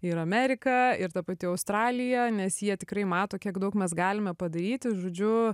ir amerika ir ta pati australija nes jie tikrai mato kiek daug mes galime padaryti žodžiu